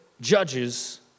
judges